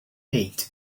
eight